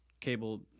cable